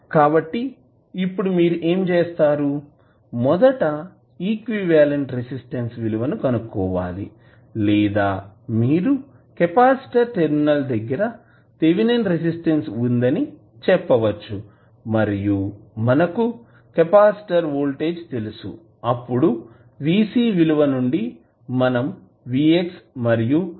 కాబట్టి ఇప్పుడు మీరు ఏమి చేస్తారు మొదట ఈక్వివలెంట్ రెసిస్టెన్స్ కనుక్కోవాలి లేదా మీరు కెపాసిటర్ టెర్మినల్ దగ్గర థేవినిన్ రెసిస్టెన్స్ ఉందని చెప్పవచ్చు మరియు మనకు కెపాసిటర్ వోల్టేజ్ తెలుసు అప్పుడు V C విలువ నుండి మనం Vx మరియు ix ల విలువలని కనుక్కోవచ్చు